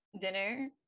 dinner